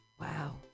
Wow